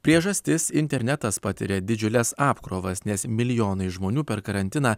priežastis internetas patiria didžiules apkrovas nes milijonai žmonių per karantiną